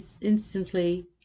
instantly